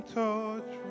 touch